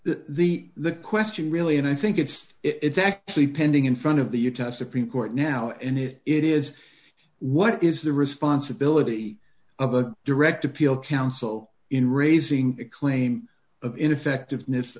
the the the question really and i think it's it's actually pending in front of the uta supreme court now in it it is what is the responsibility of a direct appeal counsel in raising a claim of ineffectiveness